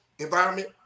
Environment